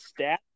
stats